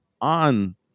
on